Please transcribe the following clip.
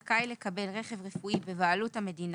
בעל דרגת נכות מיוחדת זכאי לקבל רכב רפואי בבעלות המדינה